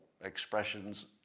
expressions